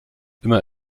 immer